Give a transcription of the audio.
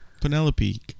Penelope